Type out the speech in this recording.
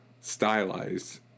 stylized